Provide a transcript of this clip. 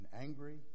angry